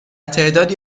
تعدادی